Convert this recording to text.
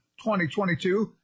2022